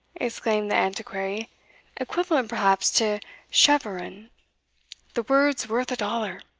exclaimed the antiquary equivalent, perhaps, to cheveron the word's worth a dollar,